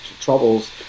troubles